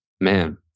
man